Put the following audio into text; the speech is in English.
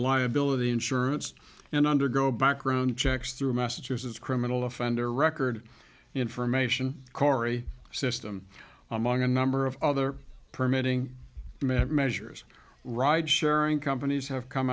liability insurance and undergo background checks through massachusetts criminal offender record information cori system among a number of other permitting measures ride sharing companies have come